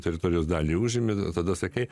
teritorijos dalį užimi tada sakai